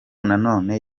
nanone